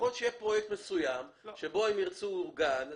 יכול להיות שיהיה פרויקט מסוים שבו הם ירצו גן,